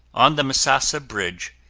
on the misasa bridge,